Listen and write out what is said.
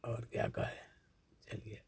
और क्या कहें चलिए